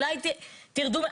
אולי תרדו',